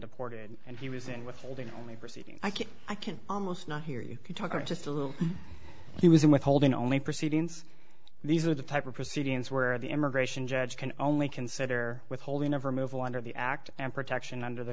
deported and he was in withholding only proceeding i can almost not hear you talking just a little he was in withholding only proceedings these are the type of proceedings where the immigration judge can only consider withholding of removal under the act and protection under the